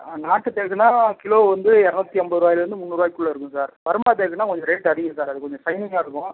நாட்டு தேக்குன்னா கிலோ வந்து இரநூத்தி ஐம்பது ருபாயிலேந்து முந்நூறுபாய்க்குள்ள இருக்கும் சார் பர்மா தேக்குன்னா கொஞ்சம் ரேட்டு அதிகம் சார் அது கொஞ்சம் ஷைனிங்காக இருக்கும்